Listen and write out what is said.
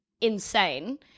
insane